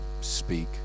speak